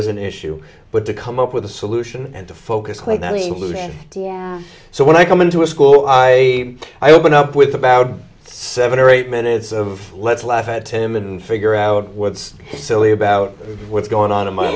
is an issue but to come up with a solution and to focus claim that evolution so when i come into a school i i open up with about seven or eight minutes of let's laugh at him and figure out what's silly about what's going on in m